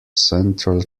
central